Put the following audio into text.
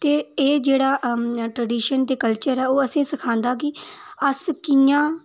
ते एह् जेह्ड़ा ट्रडिशन ते कल्चर एह् ओह् असेंगी सिखांदा कि अस कियां